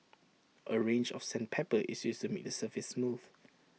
A range of sandpaper is used to make the surface smooth